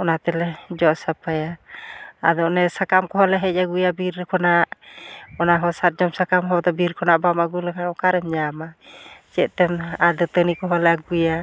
ᱚᱱᱟ ᱛᱮᱞᱮ ᱡᱚᱜ ᱥᱟᱯᱷᱟᱭᱟ ᱟᱫᱚ ᱚᱱᱮ ᱥᱟᱠᱟᱢ ᱠᱚᱦᱚᱸᱞᱮ ᱦᱮᱡ ᱟᱹᱜᱩᱭᱟ ᱵᱤᱨ ᱠᱷᱚᱱᱟᱜ ᱚᱱᱟ ᱦᱚᱸ ᱥᱟᱨᱡᱚᱢ ᱥᱟᱠᱟᱢ ᱦᱚᱸ ᱵᱤᱨ ᱠᱷᱚᱱᱟᱜ ᱵᱟᱢ ᱟᱹᱜᱩ ᱞᱮᱠᱷᱱᱟ ᱚᱠᱟᱨᱮᱢ ᱧᱟᱢᱟ ᱪᱮᱫᱛᱮᱢ ᱟᱨ ᱫᱟᱹᱟᱛᱟᱹᱱᱤ ᱠᱚᱦᱚᱸᱞᱮ ᱟᱹᱜᱩᱭᱟ